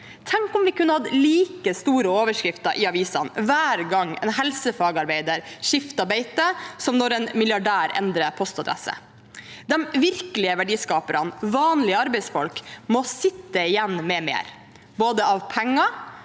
Tenk om vi kunne hatt like store overskrifter i avisene hver gang en helsefagarbeider skifter beite, som når en milliardær endrer postadresse. De virkelige verdiskaperne, vanlige arbeidsfolk, må sitte igjen med mer av både penger,